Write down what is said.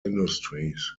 industries